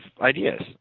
ideas